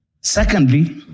Secondly